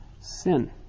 Sin